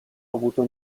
avuto